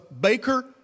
baker